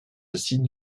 acides